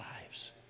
lives